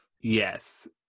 Yes